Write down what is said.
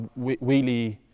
wheelie